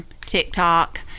TikTok